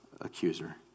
accuser